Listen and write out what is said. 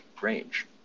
range